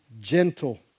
gentle